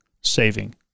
saving